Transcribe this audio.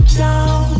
down